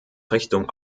richtung